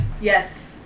Yes